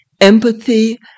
empathy